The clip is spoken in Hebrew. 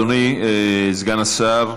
אדוני, סגן השר,